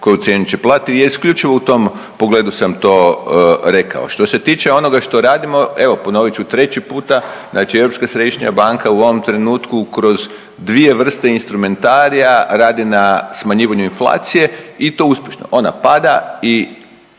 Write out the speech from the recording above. koju cijenu će platiti i ja isključivo u tom pogledu sam to rekao. Što se tiče onoga što radimo, evo ponovit ću treći puta, znači Europska središnja banka u ovom trenutku kroz dvije vrste instrumentarija radi na smanjivanju inflacije i to uspješno. Ona pada i